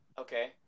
Okay